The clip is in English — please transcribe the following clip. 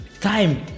time